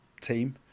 team